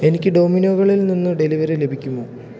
എനിക്ക് ഡൊമിനോകളിൽ നിന്ന് ഡെലിവറി ലഭിക്കുമോ